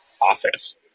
office